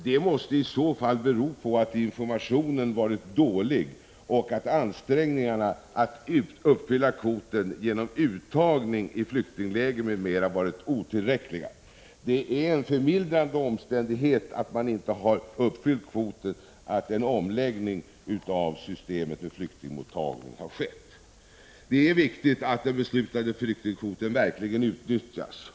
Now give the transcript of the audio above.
Det måste i så fall bero på att informationen har varit dålig och att ansträngningarna att uppfylla kvoten genom uttagning i flyktingläger m.m. varit otillräckliga. En förmildrande omständighet när det gäller att man inte har uppfyllt kvoten är att en omläggning av systemet för flyktingmottagning har skett. Det är viktigt att den beslutade flyktingkvoten verkligen utnyttjas.